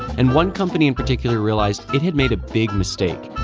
and one company in particular realized it had made a big mistake.